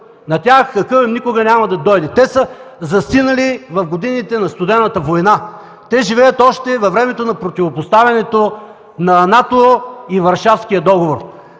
На тях акълът никога няма да дойде. Те са застинали в годините на Студената война! Те живеят още във времето на противопоставянето на НАТО и Варшавския договор!